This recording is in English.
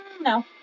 no